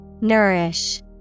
Nourish